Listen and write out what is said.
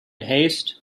haste